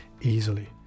easily